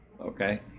okay